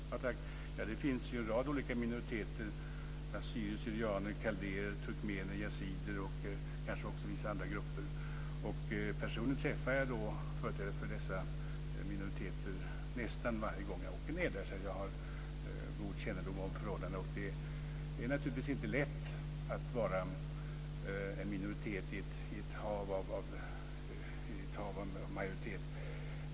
Fru talman! Det finns en rad olika minoriteter - assyrier, syrianer, kaldéer, turkmener, yazider och kanske vissa andra grupper. Personligen träffar jag företrädare för dessa minoriteter nästan varje gång jag åker ned, så jag har god kännedom om förhållandena. Det är naturligtvis inte lätt att vara en minoritet i ett hav av majoritet.